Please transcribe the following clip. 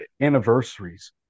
anniversaries